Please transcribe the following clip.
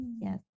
yes